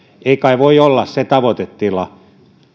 ei kai voi olla se tavoitetila